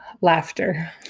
laughter